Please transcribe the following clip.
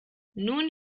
nun